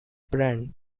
brand